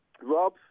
Rob